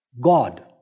God